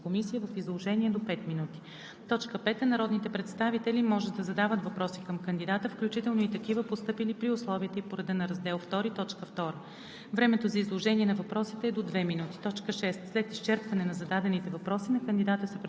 да допълни данни от професионалната си биография, както и да изложи виждането си за дейността на Централната избирателна комисия в изложение до 5 минути. 5. Народните представители може да задават въпроси към кандидата, включително и такива, постъпили при условията и по реда на Раздел II,